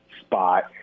spot